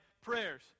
prayers